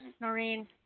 Noreen